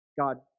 God